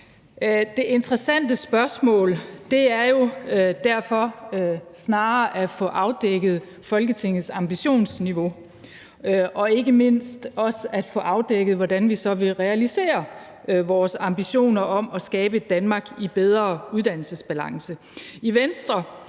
Det interessante spørgsmål er jo derfor snarere at få afdækket Folketingets ambitionsniveau og ikke mindst også at få afdækket, hvordan vi så vil realisere vores ambitioner om at skabe et Danmark i bedre uddannelsesbalance.